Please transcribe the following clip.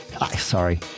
Sorry